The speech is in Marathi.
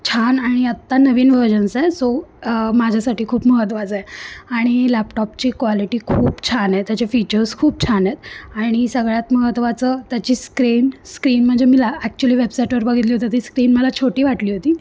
छान आणि आत्ता नवीन व्हर्जनचा आहे सो माझ्यासाठी खूप महत्त्वाचं आहे आणि लॅपटॉपची क्वालिटी खूप छान आहे त्याचे फीचर्स खूप छान आहेत आणि सगळ्यात महत्वाचं त्याची स्क्रीन स्क्रीन म्हणजे मला ॲक्चुअली वेबसाईटवर बघितली होती ती स्क्रीन मला छोटी वाटली होती